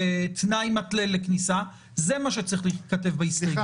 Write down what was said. כתנאי מתלה לכניסה, זה מה שצריך להיכתב בהסתייגות.